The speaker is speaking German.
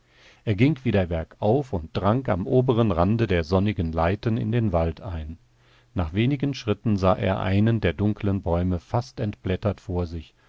er ging wieder bergauf und drang am oberen rande der sonnigen leiten in den wald ein nach wenigen schritten sah er einen der dunklen bäume fast entblättert vor sich